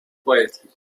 quietly